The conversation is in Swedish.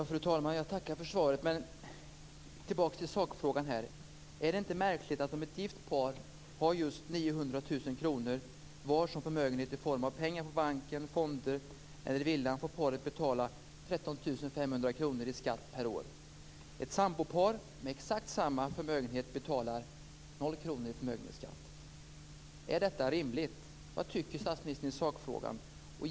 Fru talman! Jag tackar för svaret. Men tillbaka till sakfrågan: Är det inte märkligt att om ett gift par har 900 000 kr var som förmögenhet i form av pengar på banken, fonder eller villa, får paret betala 13 500 kr i skatt per år? Ett sambopar med exakt samma förmögenhet betalar noll kronor i förmögenhetsskatt. Är detta rimligt? Vad tycker statsministern i sakfrågan?